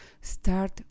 start